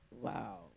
wow